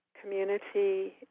community